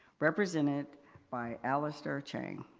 represented by allister chang.